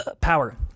power